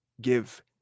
give